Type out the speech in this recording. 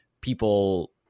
people